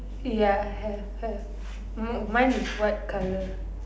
ya I have have mine is white colour